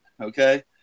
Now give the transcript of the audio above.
okay